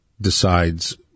decides